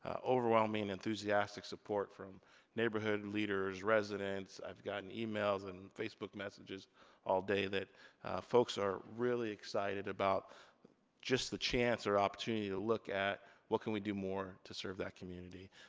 ah overwhelming, enthusiastic support from neighborhood leaders, residents. i've gotten emails and facebook messages all day that folks are really excited about just the chance, or opportunity to look at what can we do more to serve that community?